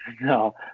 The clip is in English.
No